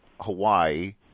Hawaii